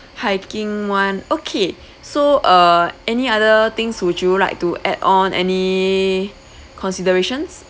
hiking one okay so uh any other things would you like to add on any considerations